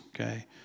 okay